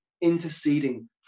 interceding